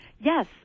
Yes